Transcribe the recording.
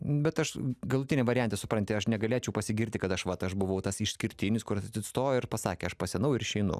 bet aš galutinį variantą supranti aš negalėčiau pasigirti kad aš vat aš buvau tas išskirtinis kuris atstojo ir pasakė aš pasenau ir išeinu